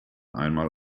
einmal